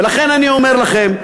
ולכן אני אומר לכם: